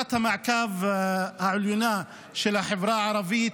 ועדת המעקב העליונה של החברה הערבית